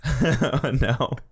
No